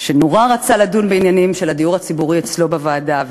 שנורא רצה לדון בעניינים של הדיור הציבורי אצלו בוועדה,